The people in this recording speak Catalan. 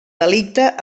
delicte